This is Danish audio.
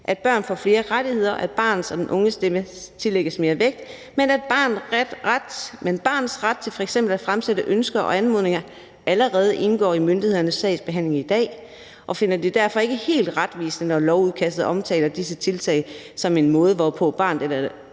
at børn får flere rettigheder, at barnet og den unges stemme tillægges mere vægt, men at barnets ret til f.eks. at fremsætte ønsker og anmodninger allerede indgår i myndighedernes sagsbehandling i dag. Justitia finder det derfor ikke helt retvisende, når lovudkastet omtaler disse tiltag som en måde, hvorpå barnet eller den